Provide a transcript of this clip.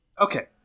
Okay